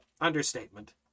understatement